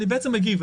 אני בעצם מגיב,